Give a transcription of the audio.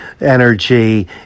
energy